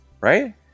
right